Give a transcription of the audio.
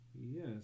Yes